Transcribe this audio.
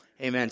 Amen